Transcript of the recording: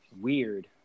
weird